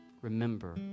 Remember